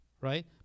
right